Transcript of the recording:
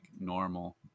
normal